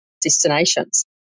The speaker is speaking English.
destinations